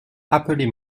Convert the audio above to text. appelez